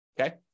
okay